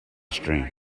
stream